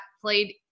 played